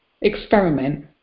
Experiment